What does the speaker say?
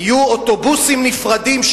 יהיו אוטובוסים נפרדים,